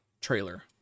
trailer